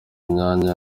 myanya